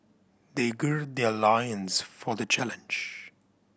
they gird their loins for the challenge